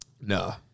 No